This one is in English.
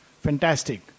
Fantastic